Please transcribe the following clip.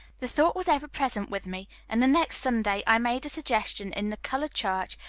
the thought was ever present with me, and the next sunday i made a suggestion in the colored church,